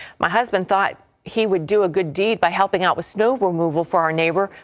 my husband thought he would do a good deed by helping out with snow removal for our neighbor.